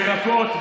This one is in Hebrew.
ירקות,